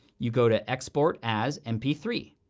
you go to export as m p three,